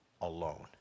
alone